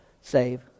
save